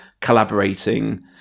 collaborating